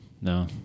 No